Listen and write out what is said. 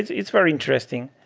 it's it's very interesting.